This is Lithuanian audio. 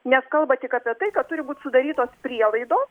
nes kalba tik apie tai kad turi būt sudarytos prielaidos